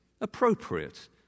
appropriate